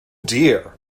dear